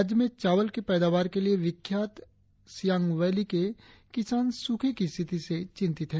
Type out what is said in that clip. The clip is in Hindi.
राज्य में चावल की पैदावार के लिए विख्यात सियांग वैली के किसान सूखे की स्थिति से चिंतित है